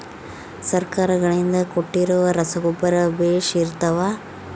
ಸರ್ಕಾರಗಳಿಂದ ಕೊಟ್ಟಿರೊ ರಸಗೊಬ್ಬರ ಬೇಷ್ ಇರುತ್ತವಾ?